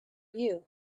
you